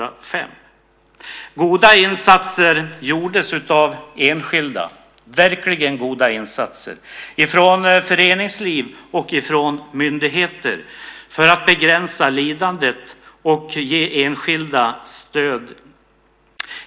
Mycket goda insatser gjordes av enskilda, föreningsliv och myndigheter för att begränsa lidandet och ge enskilda stöd.